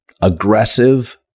Aggressive